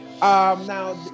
Now